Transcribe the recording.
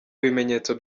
bimenyetso